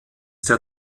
der